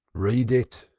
read it!